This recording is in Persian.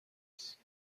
است